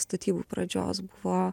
statybų pradžios buvo